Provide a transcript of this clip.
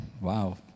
wow